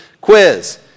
Quiz